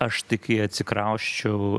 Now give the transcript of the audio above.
aš tik kai atsikrausčiau